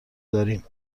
داریم